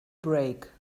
break